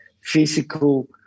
physical